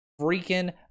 freaking